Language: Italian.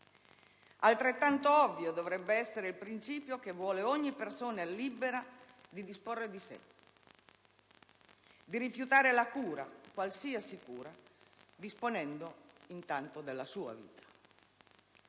altrettanto ovvio dovrebbe essere il principio che vuole ogni persona libera di disporre di sé, di rifiutare la cura, qualsiasi cura, disponendo intanto della sua vita.